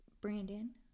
Brandon